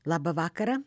labą vakarą